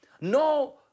no